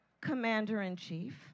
Commander-in-Chief